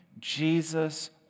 Jesus